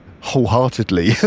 wholeheartedly